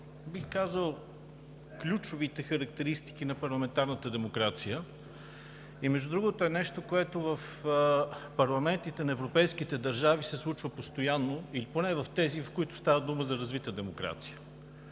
бих казал, от ключовите характеристики на парламентарната демокрация и, между другото, е нещо, което в парламентите на европейските държави се случва постоянно или поне в тези, в които става дума за развита демокрация.